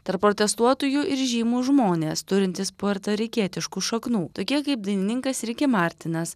tarp protestuotojų ir žymūs žmonės turintys puertarikietiškų šaknų tokie kaip dainininkas rikė martinas